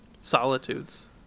Solitudes